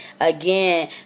Again